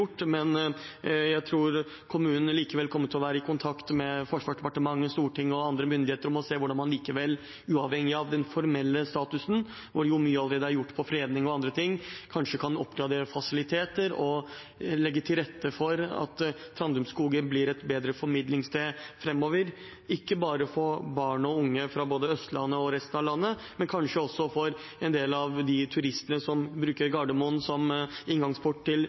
Men jeg tror kommunen likevel kommer til å være i kontakt med Forsvarsdepartementet, Stortinget og andre myndigheter for å se hvordan man likevel, uavhengig av den formelle statusen, hvor mye allerede er gjort med fredning og andre ting, kan oppgradere fasiliteter og legge til rette for at Trandumskogen blir et bedre formidlingssted fremover, ikke bare for barn og unge fra Østlandet og resten av landet, men kanskje også for en del av de turistene som bruker Gardermoen som inngangsport til